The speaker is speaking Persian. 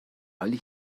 حالی